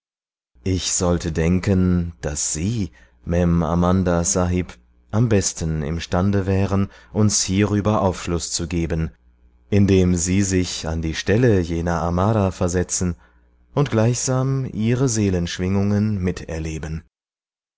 ich sollte denken daß sie mem amanda sahib am besten imstande wären uns hierüber aufschluß zu geben indem sie sich an die stelle jener amara versetzen und gleichsam ihre seelenschwingungen miterleben